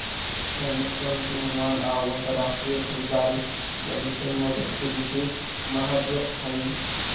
सैन्य उपकरण के निर्माण अउ अंतरराष्ट्रीय खरीदारी लगी सैन्य बजट के विशेष महत्व हई